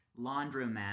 laundromat